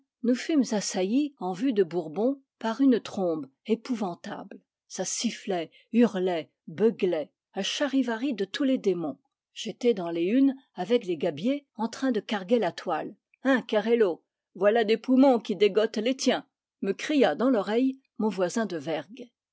nous fûmes assaillis en vue de bourbon par une trombe épouvantable ça sifflait hurlait beuglait un charivari de tous les démons j'étais dans les hunes avec les gabiers en train de carguer la toile hein kerello voilà des poumons qui dégottent les tiens me cria dans l'oreille mon voisin de vergue